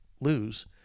lose